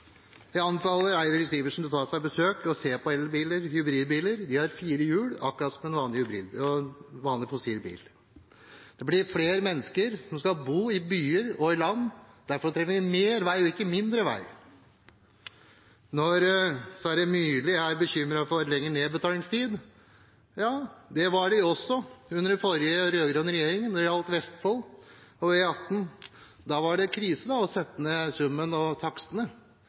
Jeg anbefaler Eirik Sivertsen å gå på besøk og se på elbiler og hybridbiler. De har fire hjul, akkurat som en vanlig fossildrevet bil. Det blir flere mennesker som skal bo i byer og på landet, og derfor trenger vi mer vei, ikke mindre vei. Når Sverre Myrli er bekymret for lengre nedbetalingstid – ja, det var man også under den forrige regjeringen, den rød-grønne, når det gjaldt Vestfold og E18. Da var det krise å sette ned